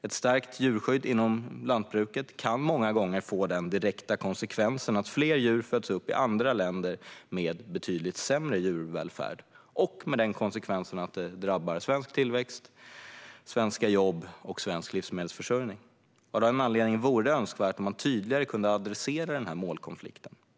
Ett stärkt djurskydd inom lantbruket kan många gånger få den direkta konsekvensen att fler djur föds upp i andra länder med betydligt sämre djurvälfärd och med konsekvensen att det drabbar svensk tillväxt, svenska jobb och svensk livsmedelsförsörjning. Av den anledningen vore det önskvärt om man tydligare kunde adressera den här målkonflikten.